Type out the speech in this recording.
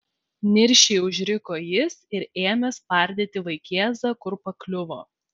niršiai užriko jis ir ėmė spardyti vaikėzą kur pakliuvo